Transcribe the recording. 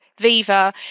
Viva